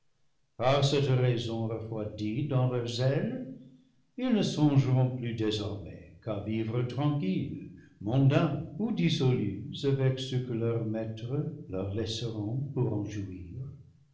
cette raison refroidis dans leur zèle ils ne songe ront plus désormais qu'à vivre tranquilles mondains ou dis solus avec ce que leurs maîtres leur laisseront pour en jouir